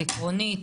עקרונית,